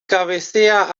cabecea